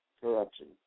corruption